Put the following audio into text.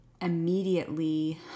immediately